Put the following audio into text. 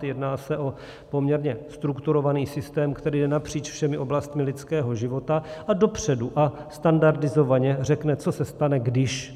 Jedná se o poměrně strukturovaný systém, který jde napříč všemi oblastmi lidského života a dopředu a standardizovaně řekne, co se stane když.